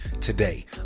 today